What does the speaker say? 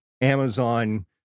Amazon